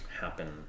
happen